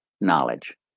knowledge